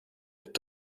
mit